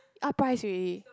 up price already